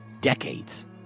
decades